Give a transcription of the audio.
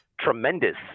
tremendous